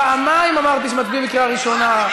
פעמיים אמרתי שמצביעים בקריאה ראשונה.